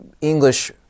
English